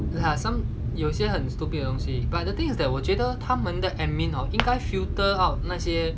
there are some 有些很 stupid 的东西 but the thing is that 我觉得他们的 admin or 应该 filter out 那些